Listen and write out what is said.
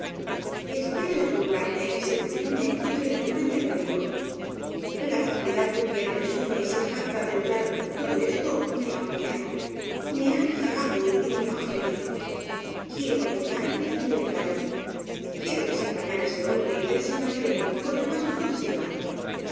espera deslum brarme y seducirme y que le rinda mi albedrío la fatuidad con que él presume y se jacta de lograr todo esto me ha humillado me ha vejado y me ha ofendido quiero vengarme y me vengaré quiero desengañar á ese hombre y le desengañaré con el más duro desengaño